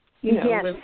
Yes